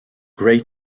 great